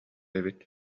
эбит